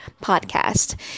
podcast